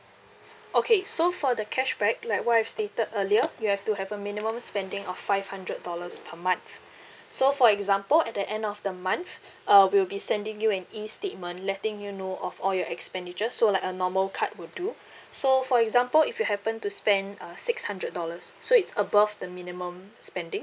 okay so for the cashback like what I've stated earlier you have to have a minimum spending of five hundred dollars per month so for example at the end of the month uh we'll be sending you an E statement letting you know of all your expenditures so like a normal card would do so for example if you happen to spend uh six hundred dollars so it's above the minimum spending